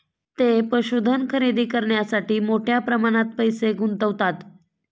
ते पशुधन खरेदी करण्यासाठी मोठ्या प्रमाणात पैसे गुंतवतात